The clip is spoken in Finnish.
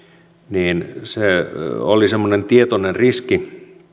se oli semmoinen tietoinen riski